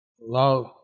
love